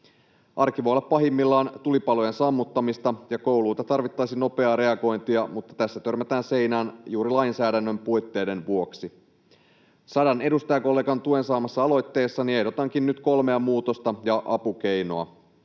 Arki voi olla pahimmillaan tulipalojen sammuttamista ja kouluilta tarvittaisiin nopeaa reagointia, mutta tässä törmätään seinään juuri lainsäädännön puutteiden vuoksi. Sadan edustajakollegan tuen saamassa aloitteessani ehdotankin nyt kolmea muutosta ja apukeinoa.